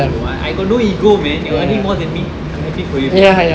I got no ego man you are earning more than me I'm happy for you